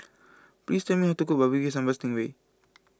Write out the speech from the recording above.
please tell me how to cook Barbecue Sambal Sting Ray